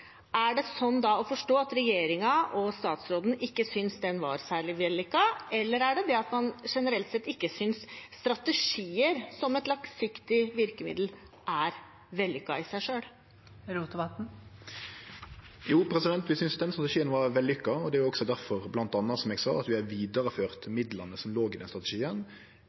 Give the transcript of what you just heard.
Er det sånn å forstå at regjeringen og statsråden ikke synes den var særlig vellykket? Eller er det det at man generelt sett ikke synes strategier som et langsiktig virkemiddel er vellykket i seg selv? Jo, vi synest den strategien var vellykka. Det er bl.a. difor, som eg sa, vi har vidareført midlane som låg i strategien etter at strategien